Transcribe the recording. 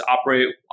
operate